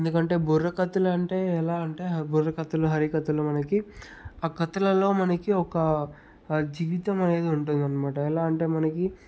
ఎందుకంటే బుర్రకథలు అంటే ఎలా అంటే ఆ బుర్రకథలు హరికథలు మనకి ఆ కథలలో మనకి ఒక జీవితమనేది ఉంటుందన్నమాట ఎలా అంటే మనకి